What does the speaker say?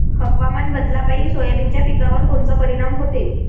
हवामान बदलापायी सोयाबीनच्या पिकावर कोनचा परिणाम होते?